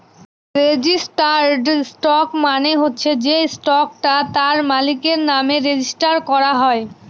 registered stock মানে হচ্ছে সে স্টকটা তার মালিকের নামে রেজিস্টার করা হয়